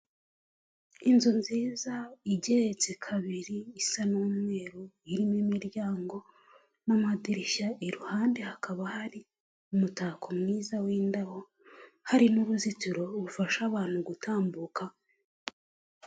Inzu nziza igeretse kabiri isa n'umweru irimo imiryango n'amadirishya, iruhande hakaba hari umutako mwiza n'indabo, harimo uruzitiro rufasha abantu gutambuka.